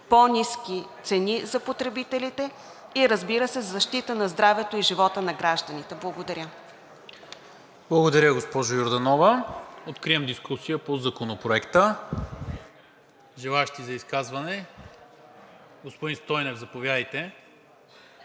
по-ниски цени за потребителите и, разбира се, защита на здравето и живота на гражданите. Благодаря. ПРЕДСЕДАТЕЛ НИКОЛА МИНЧЕВ: Благодаря, госпожо Йорданова. Откривам дискусия по Законопроекта. Желаещи за изказване? Господин Стойнев, заповядайте.